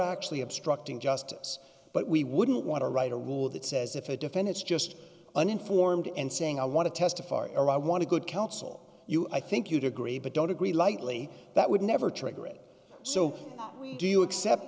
actually obstructing justice but we wouldn't want to write a rule that says if a defendant's just uninformed and saying i want to testify or iraq i want to good counsel you i think you'd agree but don't agree lightly that would never triggering so we do you accept